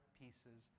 pieces